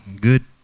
good